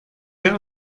der